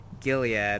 Gilead